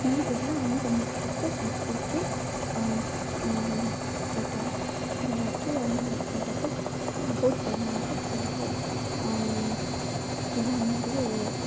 ମାନେ ଏହା ଆମର ମୁଖ୍ୟତଃ ସଂସ୍କୃତି ଏଟା ଯାହାକି ଆମେ ଏଇଟାକୁ ବହୁତ ପରିମାଣରେ ଖେଳିଥାଉ ଏହା ମୋର